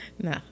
no